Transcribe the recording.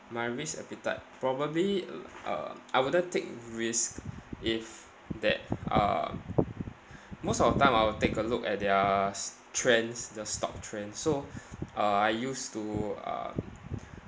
my risk appetite probably uh I wouldn't take risk if that uh most of the time I will take a look at their s~ trends the stock trends so uh I used to uh